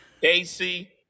Casey